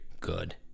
good